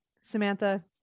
Samantha